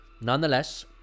Nonetheless